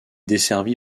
desservi